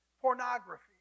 Pornography